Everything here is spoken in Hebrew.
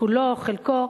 כולו או חלקו.